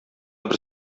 бер